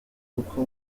uko